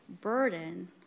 burden